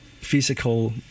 physical